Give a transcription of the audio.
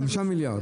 5 מיליארד.